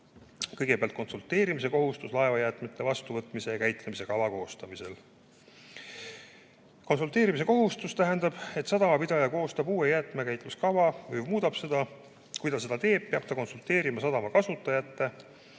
Kõigepealt, konsulteerimise kohustus laevajäätmete vastuvõtmise ja käitlemise kava koostamisel. Konsulteerimise kohustus tähendab, et sadamapidaja koostab uue jäätmekäitluskava või muudab seda. Kui ta seda teeb, peab ta konsulteerima sadama kasutajate,